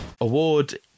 Award